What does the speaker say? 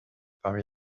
parmi